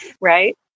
Right